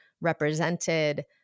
represented